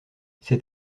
ses